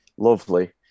lovely